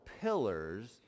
pillars